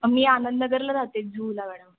मी आनंदगरला राहते जुहूला मॅडम